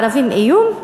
הערבים איום,